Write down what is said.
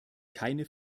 keine